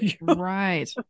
Right